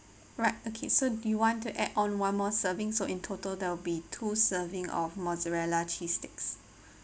right okay so do you want to add on one more serving so in total there'll be two serving of mozzarella cheese sticks